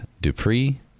Dupree